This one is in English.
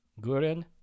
Guren